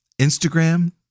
Instagram